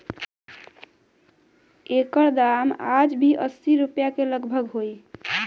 एकर दाम आज भी असी रुपिया के लगभग होई